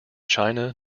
china